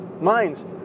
minds